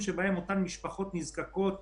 תפצה את הרשויות הערביות בשיפוי בארנונה למגורים.